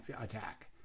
attack